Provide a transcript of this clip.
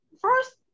first